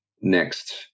next